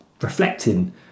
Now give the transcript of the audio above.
reflecting